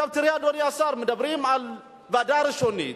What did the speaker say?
עכשיו תראה, אדוני השר, מדברים על ועדה ראשונית,